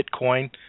Bitcoin